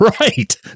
Right